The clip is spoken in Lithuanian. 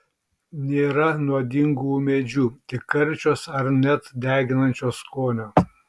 nėra nuodingų ūmėdžių tik karčios ar net deginančio skonio